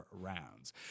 rounds